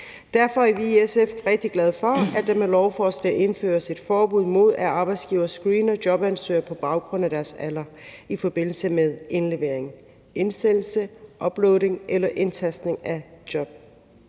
Derfor er vi i SF rigtig glade for, at der med lovforslaget indføres et forbud imod, at arbejdsgivere screener jobansøgere på baggrund af deres alder i forbindelse med indlevering, indsendelse, uploading eller indtastning af en